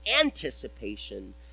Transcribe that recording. anticipation